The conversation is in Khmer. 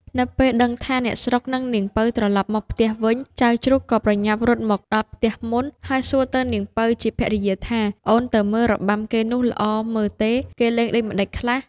នៅពេលដឹងថាអ្នកស្រុកនិងនាងពៅត្រឡប់មកផ្ទះវិញ ចៅជ្រូកក៏ប្រញាប់រត់មកដល់ផ្ទះមុន ហើយសួរទៅនាងពៅជាភរិយាថា អូនទៅមើលរបាំគេនោះល្អមើលទេ? គេលេងដូចម្ដេចខ្លះ?។